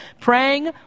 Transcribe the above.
praying